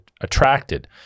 attracted